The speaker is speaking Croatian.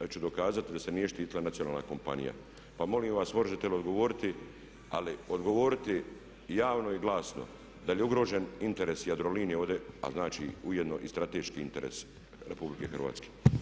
ja ću dokazati da se nije štitila nacionalna kompanija pa molim vas možete li odgovoriti ali odgovoriti javno i glasno da li je ugrožen interes Jadrolinije ovdje a znači ujedno i strateški interes RH.